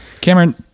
Cameron